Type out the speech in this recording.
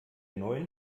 neuen